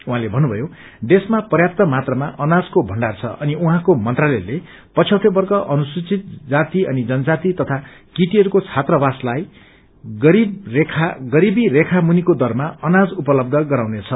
उहाँले भन्नभयो देशमा पर्याप्त मात्रामा अनाजको भण्डार छ अनि उहाँको मन्त्रालयले पछौटेवर्ग अनुसूचित जाति अनि जनजाति तथा केटीहरूको छात्रावासहरूलाई गरीबी रेखा मुनिको दरमा अनाज उपलब्ध गराउनेछ